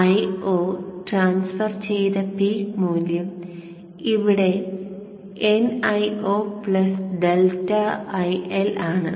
Io transfer ചെയ്ത peak മൂല്യം ഇവിടെ nIo പ്ലസ് ഡെൽറ്റ IL ആണ്